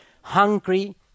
hungry